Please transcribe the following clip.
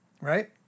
Right